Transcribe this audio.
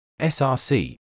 src